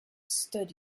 stood